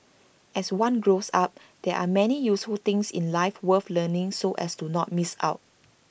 as one grows up there are many useful things in life worth learning so as to not miss out